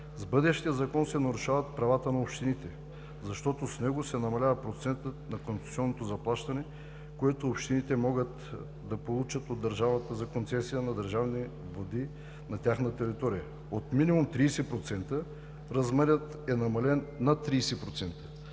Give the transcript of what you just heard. С бъдещия Закон се нарушават правата на общините, защото с него се намалява процентът на концесионното заплащане, който общините могат да получат от държавата за концесия на държавни води на тяхна територия. От минимум 30%, размерът е намален на 30%.